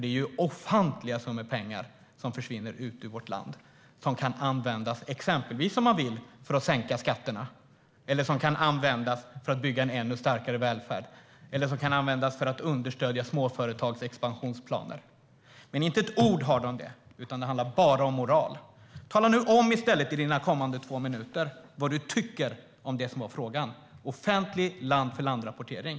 Det är ofantliga summor som försvinner ut ur vårt land, som exempelvis skulle kunna användas till att sänka skatterna - om man vill - som skulle kunna användas för att bygga en ännu starkare välfärd eller som skulle kunna användas för att understödja småföretags expansionsplaner. Men inte ett ord hörde vi om det, utan det handlade bara om moral. Tala nu om under dina kommande två minuter vad du tycker om det som var frågan - offentlig land-för-land-rapportering.